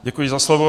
Děkuji za slovo.